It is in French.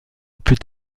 peut